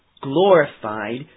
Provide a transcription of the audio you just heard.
glorified